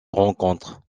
rencontres